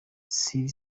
sir